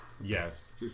yes